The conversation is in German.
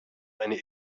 eine